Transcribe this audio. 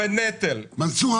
מנסור עבאס לא מרשה לו.